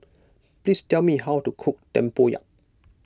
please tell me how to cook Tempoyak